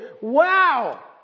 wow